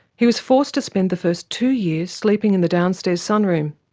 he was forced to spend the first two years sleeping in the downstairs sunroom,